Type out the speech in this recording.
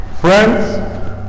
Friends